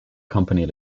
company